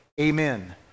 Amen